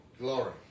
Glory